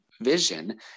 vision